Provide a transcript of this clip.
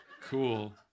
Cool